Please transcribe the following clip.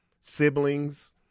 siblings